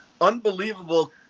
unbelievable